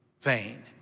vain